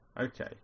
Okay